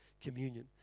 communion